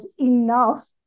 enough